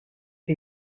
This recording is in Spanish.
que